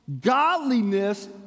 godliness